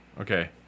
Okay